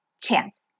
chance